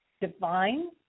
divine